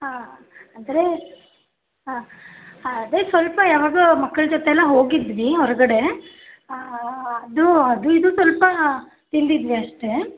ಹಾಂ ಅಂದರೆ ಹಾಂ ಹಾಂ ಅದೇ ಸ್ವಲ್ಪ ಯಾವಾಗಲೋ ಮಕ್ಳ ಜೊತೆ ಎಲ್ಲ ಹೋಗಿದ್ವಿ ಹೊರಗಡೆ ಅದು ಅದು ಇದು ಸ್ವಲ್ಪ ತಿಂದಿದ್ವಿ ಅಷ್ಟೆ